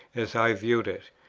as i viewed it.